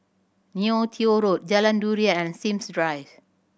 Neo Tiew Road Jalan Durian and Sims Drive